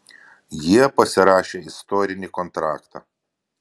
jie pasirašė istorinį kontraktą